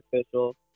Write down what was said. Official